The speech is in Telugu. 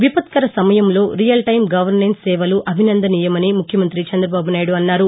విపత్కర సమయంలో రియల్ టైం గవర్నెన్స్ సేపలు అభినందనీయమని ముఖ్యమంత్రి చంద్రబాబు నాయుడు అన్నారు